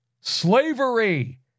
slavery